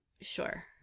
Sure